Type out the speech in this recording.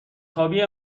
خوابی